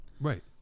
Right